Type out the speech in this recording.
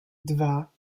dwa